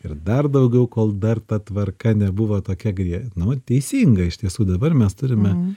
ir dar daugiau kol dar ta tvarka nebuvo tokia grie nu teisinga iš tiesų dabar mes turime